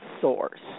source